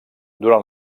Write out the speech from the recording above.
durant